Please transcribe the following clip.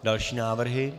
Další návrhy.